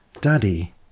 Daddy